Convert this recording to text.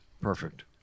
perfect